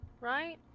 right